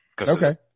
Okay